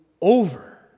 over